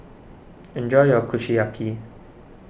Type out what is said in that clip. enjoy your Kushiyaki